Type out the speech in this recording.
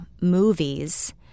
movies